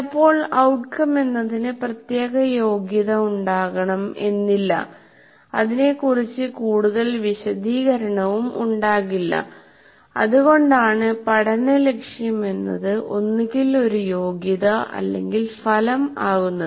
ചിലപ്പോൾ outcome എന്നതിന് പ്രത്യേക യോഗ്യത ഉണ്ടാകണം എന്നില്ല അതിനെക്കുറിച്ച് കൂടുതൽ വിശദീകരണവും ഉണ്ടാകില്ല അതുകൊണ്ടാണ് പഠന ലക്ഷ്യം എന്നത് ഒന്നുകിൽ ഒരു യോഗ്യത അല്ലെങ്കിൽ ഫലം ആകുന്നത്